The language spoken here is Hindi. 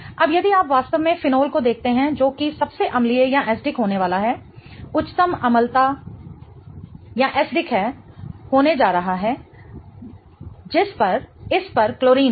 अब यदि आप वास्तव में फिनोल को देखते हैं जो कि सबसे अम्लीय होने वाला है उच्चतम अम्लता है होने जा रहा है जिस पर इस पर क्लोरीन है